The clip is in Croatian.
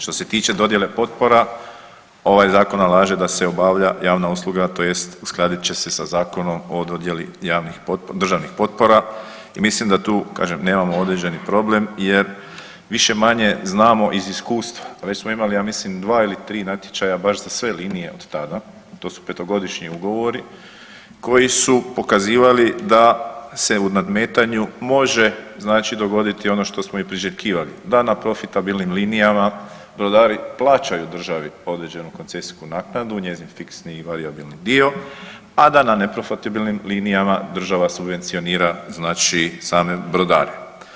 Što se tiče dodjele potpora, ovaj zakon nalaže da se obavlja javna usluga tj. uskladit će se sa Zakonom o dodjeli državnih potpora i mislim da tu nemamo određeni problem jer više-manje znamo iz iskustva, a već smo imali ja mislim dva ili tri natječaja baš za sve linije od tada, to su petogodišnji ugovori koji su pokazivali da se u nadmetanju može dogoditi ono što smo i priželjkivali, da na profitabilnim linijama brodari plaćaju državi određenu koncesijsku naknadu njezin fiksni i varijabilni dio, a na neprofitabilnim linijama država subvencionira same brodare.